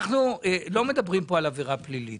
אנחנו לא מדברים כאן על עבירה פלילית